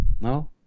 No